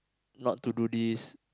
not to do this